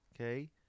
Okay